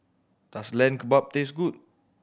does Lamb Kebab taste good